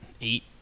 eight